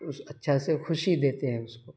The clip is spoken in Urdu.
اس اچھا سے خوشی دیتے ہیں اس کو